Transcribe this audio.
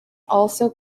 also